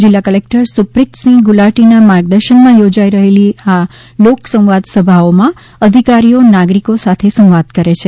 જિલ્લા કલેક્ટર સુપ્રીતસિંહ ગુલાટીના માર્ગદર્શનમાં યોજાઈ રહેલી આ લોકસંવાદ સભાઓમાં અધિકારીઓ નાગરિકો સાથે સંવાદ કરે છે